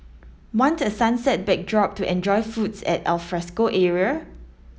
want a sunset backdrop to enjoy foods at alfresco area